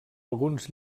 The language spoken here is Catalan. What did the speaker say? alguns